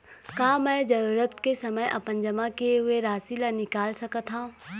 का मैं जरूरत के समय अपन जमा किए हुए राशि ला निकाल सकत हव?